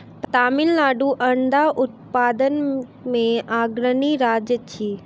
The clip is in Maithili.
तमिलनाडु अंडा उत्पादन मे अग्रणी राज्य अछि